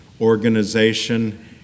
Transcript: organization